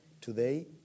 today